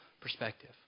perspective